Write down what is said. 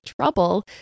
trouble